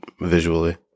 visually